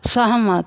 सहमत